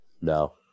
No